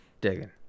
digging